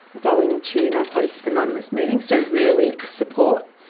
going to narcotics anonymous meetings, so really support.